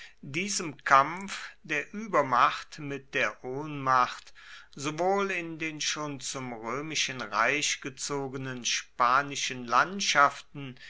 diesem kampf der übermacht mit der ohnmacht sowohl in den schon zum römischen reich gezogenen spanischen landschaften